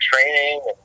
training